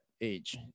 age